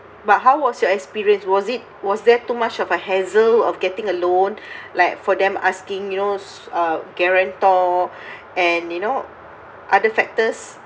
but how was your experience was it was there too much of a hassle of getting a loan like for them asking you knows uh guarantor and you know other factors